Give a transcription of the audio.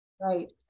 Right